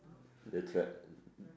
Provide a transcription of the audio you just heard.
the tra~